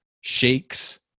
shakes